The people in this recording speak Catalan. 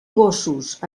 gossos